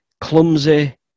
clumsy